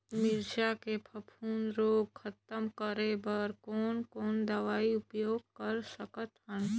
मिरचा के फफूंद रोग खतम करे बर कौन कौन दवई उपयोग कर सकत हन?